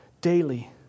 daily